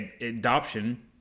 adoption